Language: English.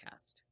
podcast